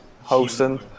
hosting